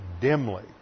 dimly